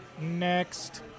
next